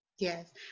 Yes